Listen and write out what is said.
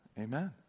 amen